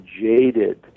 jaded